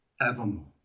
evermore